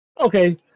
Okay